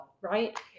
Right